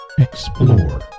Explore